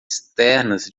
externas